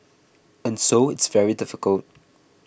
and so it's very difficult